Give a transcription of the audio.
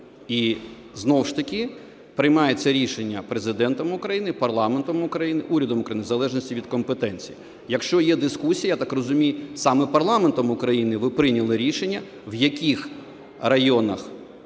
І знову ж таки приймається рішення Президентом України, парламентом України, урядом України в залежності від компетенції. Якщо є дискусія, я так розумію, саме парламентом України ви прийняли рішення, в яких районах